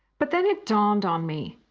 but then it dawned on me,